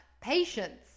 Patience